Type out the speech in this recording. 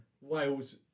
Wales